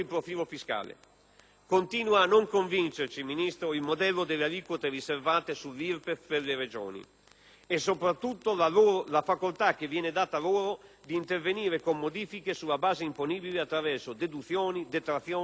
Continua a non convincerci, Ministro, il modello delle aliquote riservate sull'IRPEF per le Regioni e, soprattutto, la facoltà che viene data loro di intervenire con modifiche sulla base imponibile attraverso deduzioni, detrazioni e agevolazioni.